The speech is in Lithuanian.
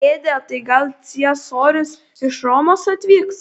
dėde tai gal ciesorius iš romos atvyks